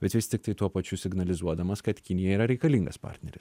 bet vis tiktai tuo pačiu signalizuodamas kad kinija yra reikalingas partneris